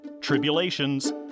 tribulations